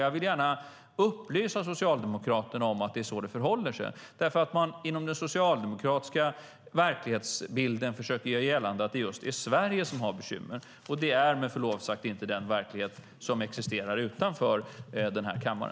Jag vill gärna upplysa Socialdemokraterna om att det är så det förhåller sig eftersom man inom den socialdemokratiska världsbilden försöker göra gällande att det är just Sverige som har bekymmer. Men det är, med förlov sagt, inte den verklighet som existerar utanför denna kammare.